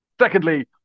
Secondly